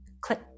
click